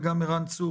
וגם ערן נח,